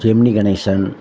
Gemini Ganesan